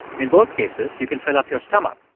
in both cases, you can fill up your stomach.